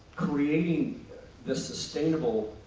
creating the sustainable